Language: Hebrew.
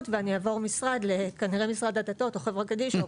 ואני אעבור משרד כנראה למשרד הדתות וחברות קדישא,